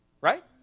right